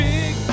Big